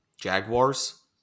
Jaguars